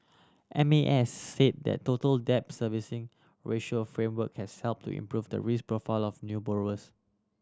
M A S said the Total Debt Servicing Ratio framework has helped to improve the risk profile of new borrowers